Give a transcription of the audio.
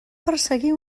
perseguir